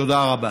תודה רבה.